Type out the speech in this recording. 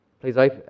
Please